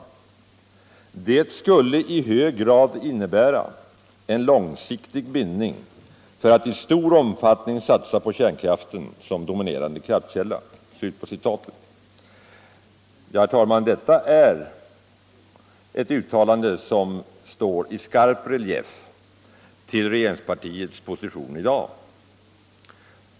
Det skulle i hög grad innebära en långsiktig bindning för att i stor omfattning satsa på kärnkraften som dominerande kraftkälla.” Detta uttalande står i skarp relief till regeringspartiets position i dag.